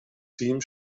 team